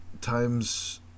Times